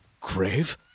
grave